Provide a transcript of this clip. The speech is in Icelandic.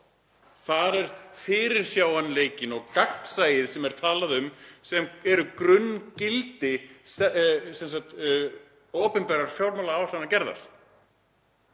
Þar er fyrirsjáanleikinn og gagnsæið sem er talað um, sem eru grunngildi opinberrar fjármálaáætlunargerðar.